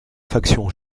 faction